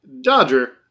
Dodger